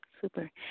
Super